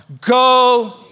Go